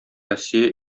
россия